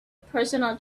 personal